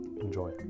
Enjoy